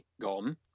Gone